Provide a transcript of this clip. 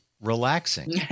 relaxing